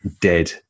dead